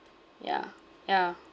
yeah yeah